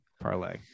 parlay